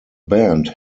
band